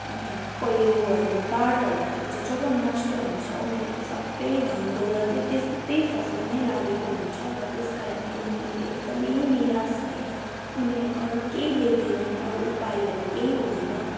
अन्त पहिरोहरू बाढहरूले गर्दा चाहिँ जब नष्ट हुन्छ उनीहरूको सबै धन दौलतै त्यस त्यही फसलमै लागेएको हुन्छ र त्यस कारणले उनीहरू एकदमै निरास भएर उनीहरूले अरू केही देख्दैनन् अरू उपायहरू केही हुँदैन